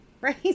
Right